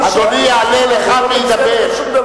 אדוני יעלה לכאן וידבר.